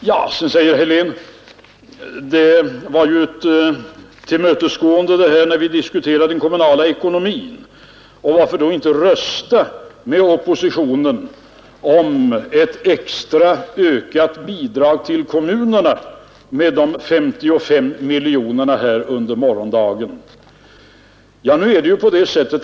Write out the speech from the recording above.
Herr Helén säger att det var ett tillmötesgående när vi diskuterade den kommunala ekonomin, och varför då inte rösta med oppositionen om ett extra ökat bidrag till kommunerna med dessa 55 miljoner kronor under morgondagen?